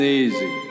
easy